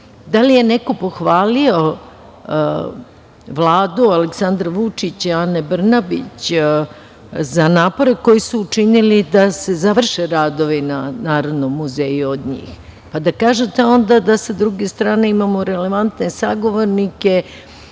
li je neko pohvalio Vladu Aleksandra Vučića i Ane Brnabić, za napore koje su učinili da se završe radovi na Narodnom muzeju, od njih? Pa da kažete onda da sa druge strane imamo relevantne sagovornike,